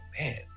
man